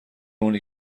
اونی